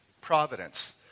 Providence